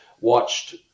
watched